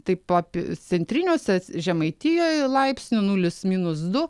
taip apie centriniuose žemaitijoj laipsnių nulis minus du